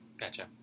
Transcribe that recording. Gotcha